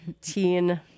teen